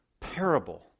parable